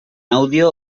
audio